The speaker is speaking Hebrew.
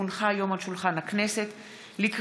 כי הונחה היום על שולחן הכנסת,